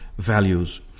values